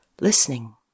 listening